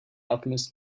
alchemist